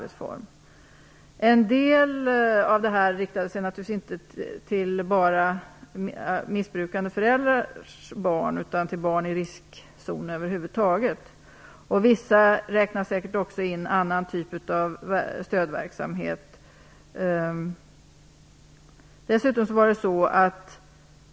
En del av det här riktades inte bara till missbrukande föräldrars barn, utan det riktades också till barn som över huvud taget var i riskzonen. Vissa räknar säkert också in annan typ av stödverksamhet.